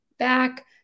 back